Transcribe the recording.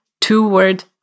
two-word